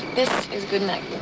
this is good night,